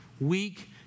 Weak